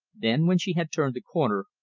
then, when she had turned the corner,